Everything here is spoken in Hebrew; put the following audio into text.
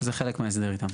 זה חלק מההסדר איתם.